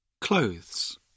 clothes